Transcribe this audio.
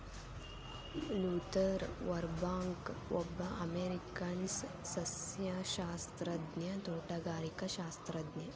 Luther ಬರ್ಬ್ಯಾಂಕ್ಒಬ್ಬ ಅಮೇರಿಕನ್ಸಸ್ಯಶಾಸ್ತ್ರಜ್ಞ, ತೋಟಗಾರಿಕಾಶಾಸ್ತ್ರಜ್ಞ